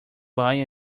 buying